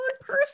person